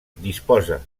disposa